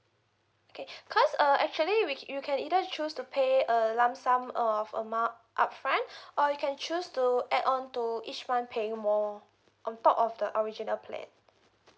okay cause uh actually we you can either choose to pay a lump sum of amount upfront or you can choose to add on to each month paying more on top of the original plan